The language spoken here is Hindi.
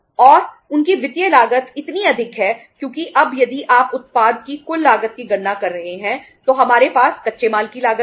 और उनकी वित्तीय लागत इतनी अधिक है क्योंकि अब यदि आप उत्पाद की कुल लागत की गणना कर रहे हैं तो हमारे पास कच्चे माल की लागत है